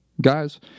Guys